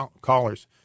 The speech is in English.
callers